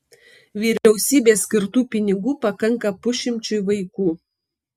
vyriausybės skirtų pinigų pakanka pusšimčiui vaikų